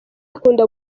akunda